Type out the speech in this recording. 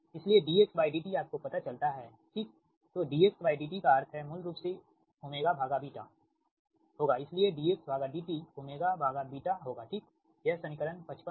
इसलिए dxdtआपको पता चलता ठीक dxdt का अर्थ है मूल रूप से होगा इसलिएdxdt होगा ठीक यह समीकरण 55 है